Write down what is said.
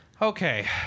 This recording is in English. Okay